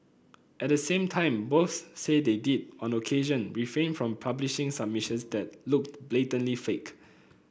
at the same time both say they did on occasion refrain from publishing submissions that looked blatantly fake